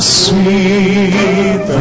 sweet